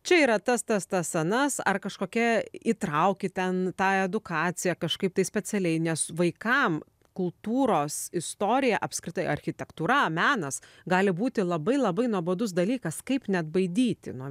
čia yra tas tas tas anas ar kažkokia įtrauki ten į tą edukaciją kažkaip tai specialiai nes vaikam kultūros istorija apskritai architektūra menas gali būti labai labai nuobodus dalykas kaip neatbaidyti nuo